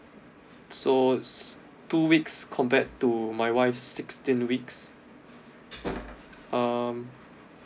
so it's two weeks compared to my wife's sixteen weeks um